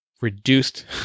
reduced